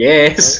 Yes